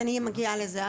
אני מגיעה לזה.